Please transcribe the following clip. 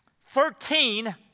Thirteen